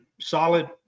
solid